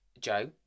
Joe